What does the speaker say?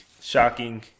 shocking